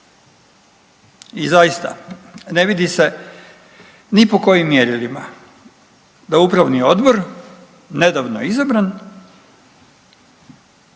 I zaista ne vidi se ni po kojim mjerilima da upravni odbor nedavno izabran